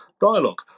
dialogue